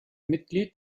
mitglied